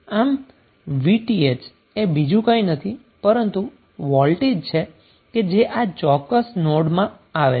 આમ VTh જે બીજું કંઈ નથી પરંતુ વોલ્ટેજ છે જે આ ચોક્કસ નોડમાંથી આવે છે